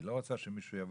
היא לא רוצה שמישהו יבוא,